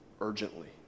urgently